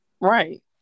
right